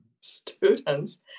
students